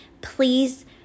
Please